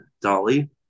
Dolly